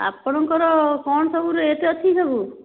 ଆପଣଙ୍କର କ'ଣ ସବୁ ରେଟ ଅଛି ସବୁ